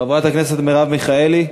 חברת הכנסת מרב מיכאלי,